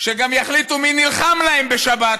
שגם יחליטו מי נלחם להם בשבת,